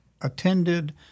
attended